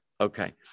Okay